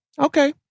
okay